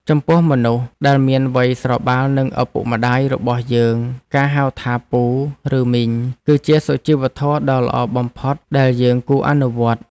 ចំពោះមនុស្សដែលមានវ័យស្របាលនឹងឪពុកម្តាយរបស់យើងការហៅថាពូឬមីងគឺជាសុជីវធម៌ដ៏ល្អបំផុតដែលយើងគួរអនុវត្ត។